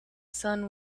sun